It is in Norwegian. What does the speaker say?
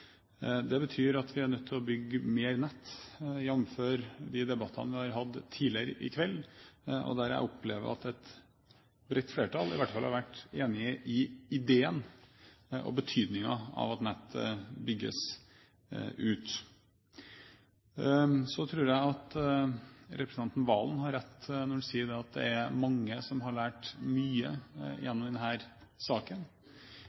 Det betyr at vi er nødt til å bygge mer nett, jf. de debattene vi har hatt tidligere i kveld, der jeg har opplevd at et bredt flertall i hvert fall har vært enig i ideen og betydningen av at nettet bygges ut. Så tror jeg at representanten Serigstad Valen har rett når han sier at det er mange som har lært mye gjennom denne saken.